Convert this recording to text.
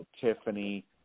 Tiffany